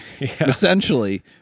essentially